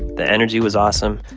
the energy was awesome,